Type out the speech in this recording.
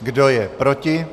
Kdo je proti?